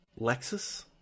Lexus